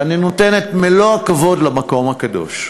ואני נותן את מלוא הכבוד למקום הקדוש,